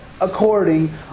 according